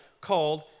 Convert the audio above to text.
called